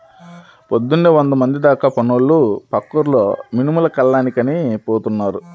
పొద్దున్నే వందమంది దాకా పనోళ్ళు పక్క ఊర్లో మినుములు కల్లానికని పోతున్నారు